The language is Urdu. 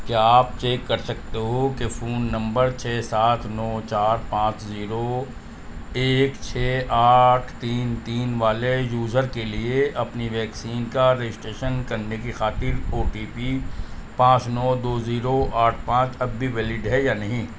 کیا آپ چیک کر سکتے ہو کہ فون نمبر چھے سات نو چار پانچ زیرو ایک چھے آٹھ تین تین والے یوزر کے لیے اپنی ویکسین کا رجسٹریشن کرنے کی خاطر او ٹی پی پانچ نو دو زیرو آٹھ پانچ اب بھی ویلڈ ہے یا نہیں